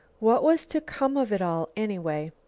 what was to come of it all, anyway?